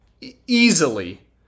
easily